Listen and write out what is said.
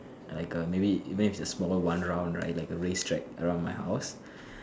like a maybe even if it's a small one round right like a race track around my house